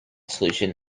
solution